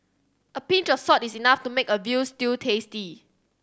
a pinch of salt is enough to make a veal stew tasty